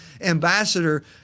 ambassador